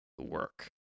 work